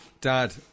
Dad